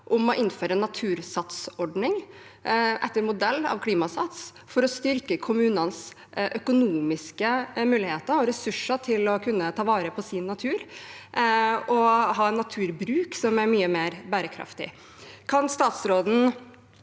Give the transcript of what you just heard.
om å innføre en natursatsordning etter modell av Klimasats for å styrke kommunenes økonomiske muligheter og ressurser til å kunne ta vare på sin natur og ha en naturbruk som er mye mer bærekraftig. Kan statsråden